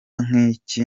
nk’iki